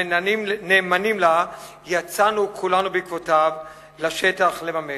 ונאמנים להם יצאנו כולנו בעקבותיו לשטח לממש.